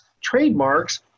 trademarks